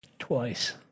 twice